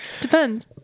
Depends